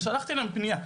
ושלחתי להם פנייה.